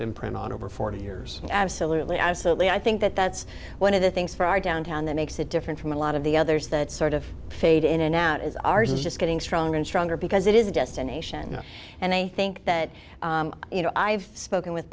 on over forty years absolutely absolutely i think that that's one of the things for our downtown that makes it different from a lot of the others that sort of fade in and out as ours is just getting stronger and stronger because it is a destination and i think that you know i've spoken with